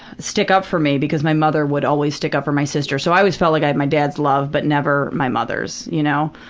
stick up for me, because my mother would always stick up for my sister. so i always felt like i had my dad's love, but never my mother's. you know?